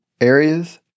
areas